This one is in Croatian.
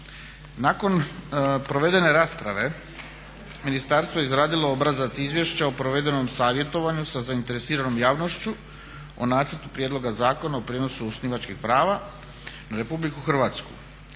Nakon provedene rasprave ministarstvo je izradilo obrazac izvješća o provedenom savjetovanju sa zainteresiranom javnošću o nacrtu prijedloga Zakona o prijenosu osnivačkih prava na RH. Nakon